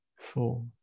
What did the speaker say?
four